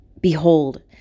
Behold